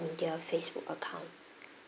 media facebook account